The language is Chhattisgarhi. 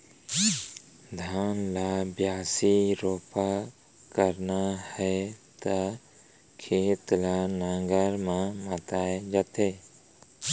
धान ल बियासी, रोपा करना हे त खेत ल नांगर म मताए जाथे